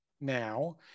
now